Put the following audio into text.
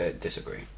disagree